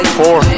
four